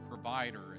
provider